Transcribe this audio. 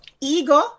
Ego